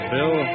Bill